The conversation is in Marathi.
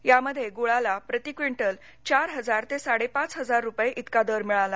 यामध्ये गळाला प्रतिक्विंटल चार हजार ते साडेपाच हजार रुपये इतका दर मिळाला